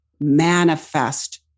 manifest